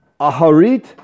Aharit